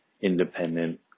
independent